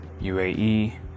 UAE